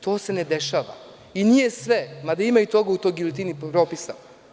To se ne dešava i nije sve, mada ima i toga u toj giljotini propisa.